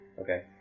Okay